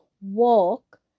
walk